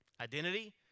Identity